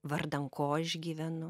vardan ko aš gyvenu